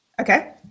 Okay